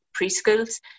preschools